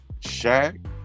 Shaq